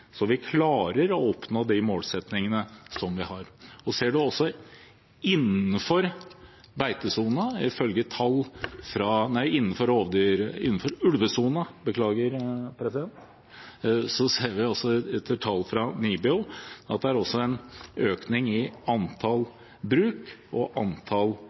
Så vi klarer å nå de målsettingene vi har. Og innenfor ulvesonen ser vi – etter tall fra NIBIO – at det de siste årene også er en økning i antall sauer og antall bruk, riktignok med mye mer innmarksbeite og ikke utmarksbeite, som også er en